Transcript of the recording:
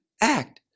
act